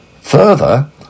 Further